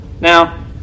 Now